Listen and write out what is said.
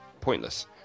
pointless